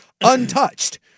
untouched